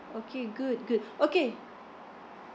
okay good good okay